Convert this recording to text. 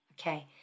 Okay